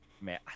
man